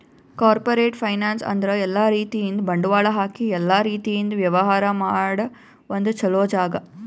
corporate finance ಅಂದ್ರ ಎಲ್ಲಾ ರೀತಿಯಿಂದ್ ಬಂಡವಾಳ್ ಹಾಕಿ ಎಲ್ಲಾ ರೀತಿಯಿಂದ್ ವ್ಯವಹಾರ್ ಮಾಡ ಒಂದ್ ಚೊಲೋ ಜಾಗ